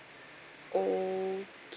okay